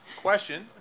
question